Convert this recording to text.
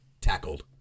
tackled